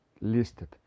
listed